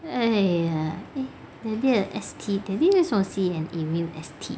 !aiya! that day I S_T that day I saw an email from S_T